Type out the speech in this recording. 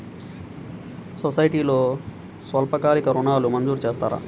సొసైటీలో స్వల్పకాలిక ఋణాలు మంజూరు చేస్తారా?